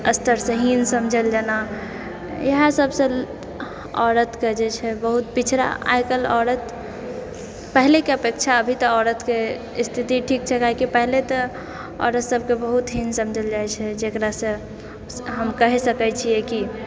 स्तरसँ हीन समझल जाना इएह सभसँ औरत कऽ जे छै बहुत पिछड़ा आइ काल्हि औरत पहिलेके अपेक्षा अभी तऽ औरतके स्थिति ठीक छै काहे कि पहिले तऽ औरत सभके बहुत हीन समझल जाइ छलै जेकरासँ हम कहि सकै छियै कि